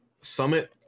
Summit